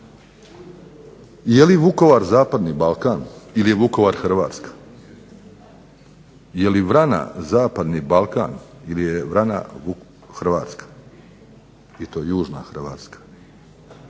Je li Vukovar zapadni Balkan ili je Vukovar Hrvatska? Je li Vrana zapadni Balkan ili je Vrana Hrvatska i to južna Hrvatska.